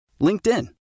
LinkedIn